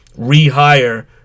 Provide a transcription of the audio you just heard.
rehire